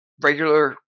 Regular